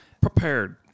Prepared